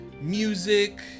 music